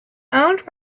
owned